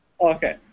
Okay